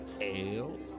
ale